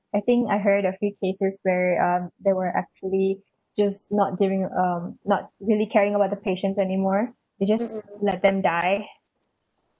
I think I heard a few cases where um they were actually just not doing um not really caring about the patients anymore they just let them die